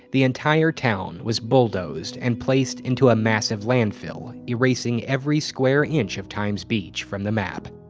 the entire town was bulldozed and placed into a massive landfill, erasing every square inch of times beach from the map.